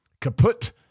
kaput